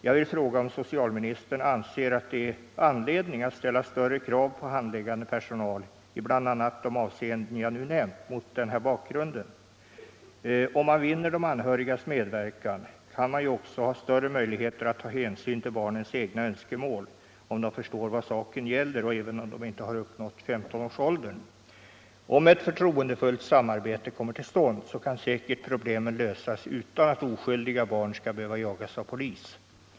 Jag vill fråga om socialministern anser att det mot den angivna bakgrunden är anledning att ställa större krav på handläggande personal bl.a. i de avseenden jag nu nämnt. Vinner man de anhörigas medverkan kan man också ha större möjligheter att ta hänsyn till barnens egna önskemål, om de förstår vad saken gäller, även om de inte uppnått 15 års ålder. Om ett förtroendefullt samarbete kommer till stånd, kan säkerligen problemen lösas utan att oskyldiga barn skall behöva jagas av polis.